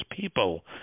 people